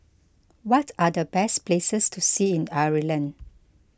what are the best places to see in Ireland